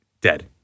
dead